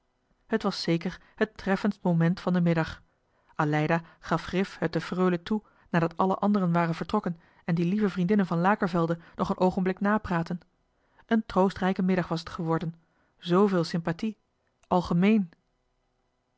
het was zeker het treffendst moment van den middag aleida gaf grif het de freule toe nadat alle anderen johan de meester de zonde in het deftige dorp waren vertrokken en die lieve vriendinnen van lakervelde nog een oogenblik napraatten een troostrijke middag was het geworden zveel sympâthie